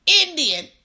Indian